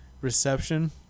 reception